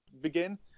begin